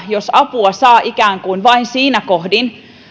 jos apua saa ikään kuin vain siinä kohdin